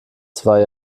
zwei